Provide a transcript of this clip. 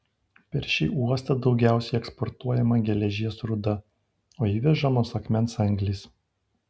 per šį uostą daugiausiai eksportuojama geležies rūda o įvežamos akmens anglys